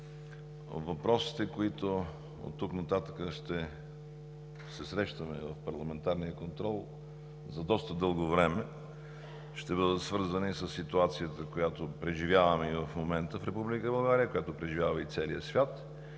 Въпросите, по които оттук нататък ще се срещаме в парламентарния контрол за доста дълго време, ще бъдат свързани със ситуацията, която преживяваме и в момента в